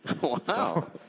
Wow